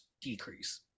decrease